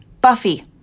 Buffy